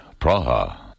Praha